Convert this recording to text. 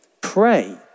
Pray